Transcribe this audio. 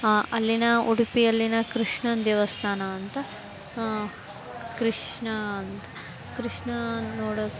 ಅಲ್ಲಿನ ಉಡುಪಿಯಲ್ಲಿನ ಕೃಷ್ಣನ ದೇವಸ್ಥಾನ ಅಂತ ಕೃಷ್ಣ ಅಂತ ಕೃಷ್ಣನ ನೋಡೋಕ್ಕೆ